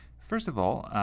first of all,